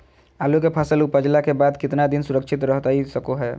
आलू के फसल उपजला के बाद कितना दिन सुरक्षित रहतई सको हय?